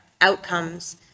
outcomes